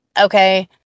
Okay